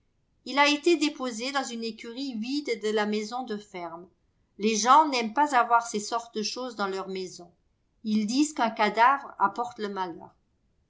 il a été déposé dans une écurie vide de la maison de ferme les gens n'aiment pas avoir ces sortes de choses dans leurs maisons ils disent qu'un cadavre apporte le malheur